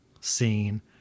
scene